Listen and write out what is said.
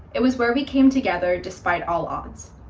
it was where we came together despite all odds.